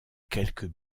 quelques